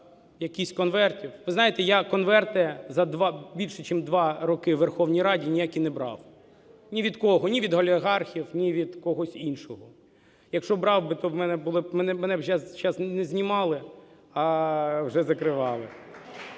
якихось "конвертів". Ви знаєте, я "конверти" за два, більше чим два роки у Верховній Раді ніякі не брав ні від кого, ні від олігархів, ні від когось іншого. Якщо брав би, то мене сейчас не знімали, а вже закривали.